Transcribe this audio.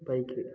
bike